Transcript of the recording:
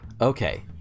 okay